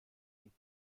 den